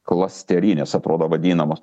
klasterinės atrodo vadinamos